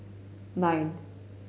nine